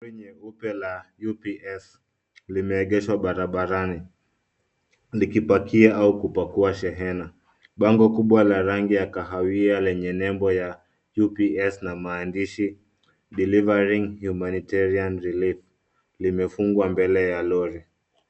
Lori nyeupe la UPS limeegeshwa barabarani likipakia au kupakua shehena. Bango kubwa la rangi ya kahawia lenye nembo ya UPS na maandishi delivering humanitarian relief limefungwa mbele ya lori.